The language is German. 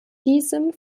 diesem